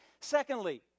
Secondly